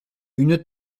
une